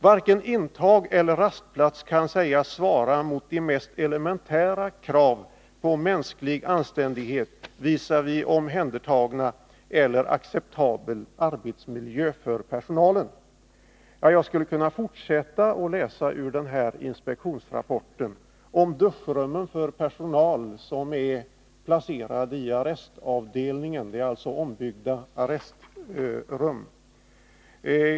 Varken intag eller rastplats kan sägas vara mot de mest elementära krav på mänsklig anständighet visavi omhändertagna eller acceptabel arbetsmiljö för personalen.” Jag skulle kunna fortsätta att läsa ur den här inspektionsrapporten om duschrum för personal, som är placerade i arrestavdelningen; det är alltså ombyggda arrestrum.